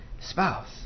spouse